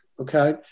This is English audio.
okay